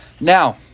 Now